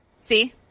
See